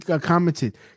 commented